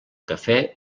cafè